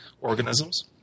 organisms